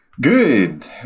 Good